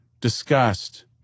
Disgust